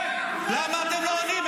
למה אתם לא עונים?